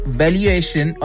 valuation